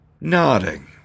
nodding